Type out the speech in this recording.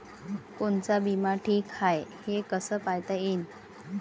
कोनचा बिमा ठीक हाय, हे कस पायता येईन?